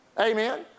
Amen